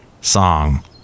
song